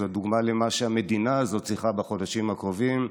זאת דוגמה למה שהמדינה הזאת צריכה בחודשים הקרובים.